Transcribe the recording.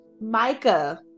Micah